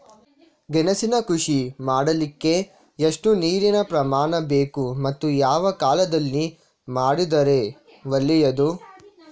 ಗೆಣಸಿನ ಕೃಷಿ ಮಾಡಲಿಕ್ಕೆ ಎಷ್ಟು ನೀರಿನ ಪ್ರಮಾಣ ಬೇಕು ಮತ್ತು ಯಾವ ಕಾಲದಲ್ಲಿ ಮಾಡಿದರೆ ಒಳ್ಳೆಯದು?